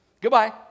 Goodbye